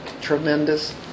tremendous